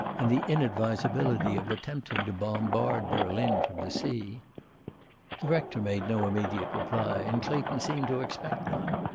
and the inadvisability of attempting to bombard berlin from the sea the rector made no immediate reply, and clayton seemed to expect none.